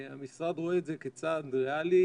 המשרד רואה את זה כצעד ריאלי,